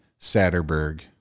Satterberg